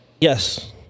Yes